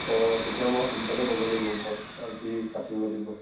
অঁ তেতিয়া মই সোনকালে ক'ব লাগিব ঘৰত আজি পাতিব লাগিব